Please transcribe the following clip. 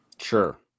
Sure